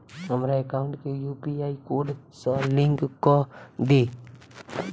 हमरा एकाउंट केँ UPI code सअ लिंक कऽ दिऽ?